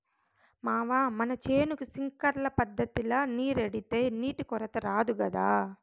మావా మన చేనుకి సింక్లర్ పద్ధతిల నీరెడితే నీటి కొరత రాదు గదా